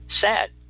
sad